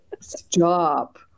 stop